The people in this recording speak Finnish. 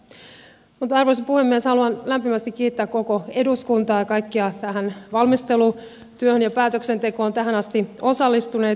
mutta arvoisa puhemies haluan lämpimästi kiittää koko eduskuntaa ja kaikkia tähän valmistelutyöhön ja päätöksentekoon tähän asti osallistuneita